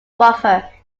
buffer